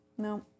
No